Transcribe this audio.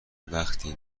وقتی